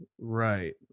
Right